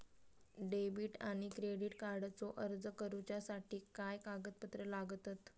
Debit आणि credit कार्डचो अर्ज करुच्यासाठी काय कागदपत्र लागतत?